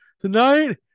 Tonight